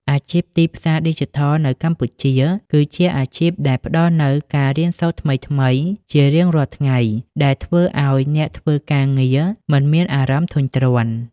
អាជីពទីផ្សារឌីជីថលនៅកម្ពុជាគឺជាអាជីពដែលផ្តល់នូវការរៀនសូត្រថ្មីៗជារៀងរាល់ថ្ងៃ ដែលធ្វើឱ្យអ្នកធ្វើការងារមិនមានអារម្មណ៍ធុញទ្រាន់។